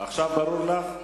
ברור לך?